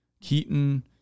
Keaton